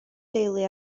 deulu